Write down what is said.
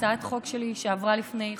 הצעת החוק שלי, שעברה לפני חודשיים,